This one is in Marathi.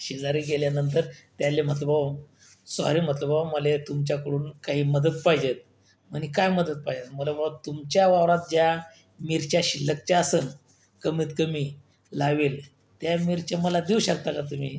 शेजारी गेल्यानंतर त्याला म्हटलं भाऊ सॉरी म्हटलं भाऊ मला तुमच्याकडून काही मदत पाहिजेत म्हणे काय मदत पाहिजेन मला भाऊ तुमच्या वावरात ज्या मिरच्या शिल्लक ज्या असेन कमीतकमी लावेल त्या मिरच्या मला देऊ शकता का तुम्ही